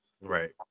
Right